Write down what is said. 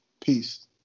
peace